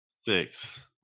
six